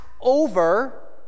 over